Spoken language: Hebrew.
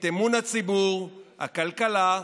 את אמון הציבור, הכלכלה,